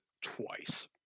twice